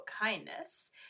kindness